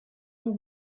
will